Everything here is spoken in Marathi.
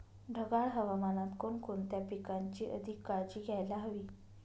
ढगाळ हवामानात कोणकोणत्या पिकांची अधिक काळजी घ्यायला हवी?